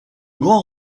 grands